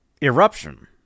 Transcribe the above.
Eruption